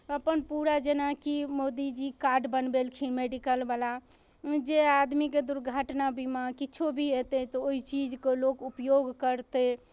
अपन पूरा जे जेनाकि मोदी जी कार्ड बनबेलखिन मेडिकलवला ओहिमे जे आदमीके दुर्घटना बीमा किछो भी हेतै तऽ ओहि चीजके लोक उपयोग करतै